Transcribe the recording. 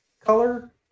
color